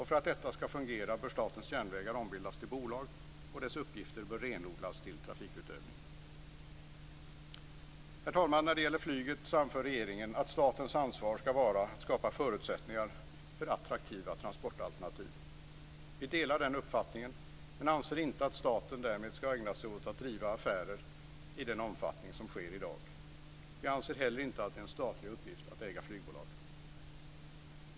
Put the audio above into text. För att detta skall fungera bör Statens järnvägar ombildas till bolag och dess uppgifter renodlas till trafikutövning. Fru talman! När det gäller flyget anför regeringen att statens ansvar skall vara att skapa förutsättningar för attraktiva transportalternativ. Vi delar den uppfattningen men anser inte att staten därmed skall ägna sig åt att driva affärer i den omfattning som sker i dag. Vi anser heller inte att det är en statlig uppgift att äga flygbolag.